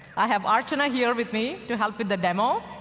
i have arjuna here with me to help with the demo.